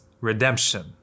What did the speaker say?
redemption